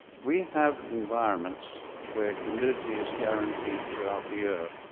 we have environments where humidity is guaranteed throughout the year.